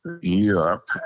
Europe